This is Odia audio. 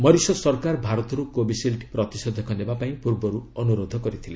ମରିସସ୍ ସରକାର ଭାରତରୁ କୋବିସିଲ୍ଡ୍ ପ୍ରତିଷେଧକ ନେବାପାଇଁ ପୂର୍ବରୁ ଅନୁରୋଧ କରିଥିଲେ